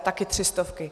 Také tři stovky.